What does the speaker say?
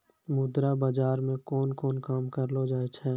मुद्रा बाजार मे कोन कोन काम करलो जाय छै